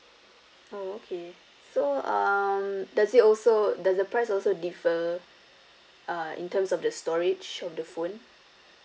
oh okay so um does it also does the price also differ uh in terms of the storage of the phone